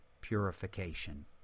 purification